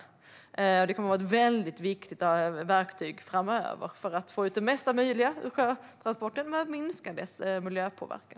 Det kommer att vara ett väldigt viktigt verktyg framöver för att få ut det mesta möjliga ur sjötransporten men minska dess miljöpåverkan.